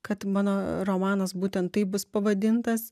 kad mano romanas būtent taip bus pavadintas